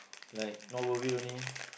like not worth it only